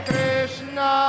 Krishna